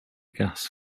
gas